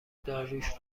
داریوش